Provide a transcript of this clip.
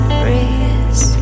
breeze